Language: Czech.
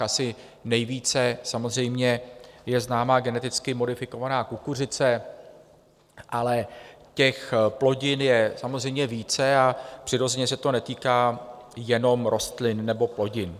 Asi nejvíce je známá geneticky modifikovaná kukuřice, ale těch plodin je samozřejmě více, a přirozeně se to netýká jenom rostlin nebo plodin.